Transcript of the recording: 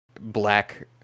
black